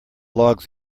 logs